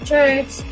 church